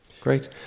Great